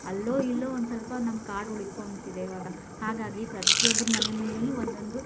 ಅಲ್ಲೋ ಇಲ್ಲೋ ಒಂದು ಸ್ವಲ್ಪ ನಮ್ಮ ಕಾಡು ಉಳ್ಕೊಳ್ತಿದೆ ಇವಾಗ ಹಾಗಾಗಿ ಪ್ರತಿ ಒಬ್ರು ಮನೆ ಮುಂದೆಯೂ ಒಂದೊಂದು